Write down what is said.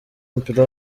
w’umupira